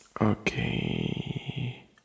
Okay